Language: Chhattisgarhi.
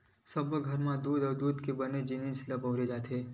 सब्बो घर म दूद अउ दूद के बने जिनिस ल बउरे जाथे